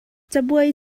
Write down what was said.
cabuai